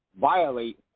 violate